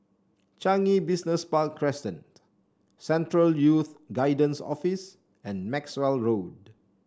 Changi Business Park Crescent Central Youth Guidance Office and Maxwell Road